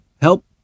help